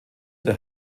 der